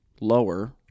lower